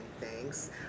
thanks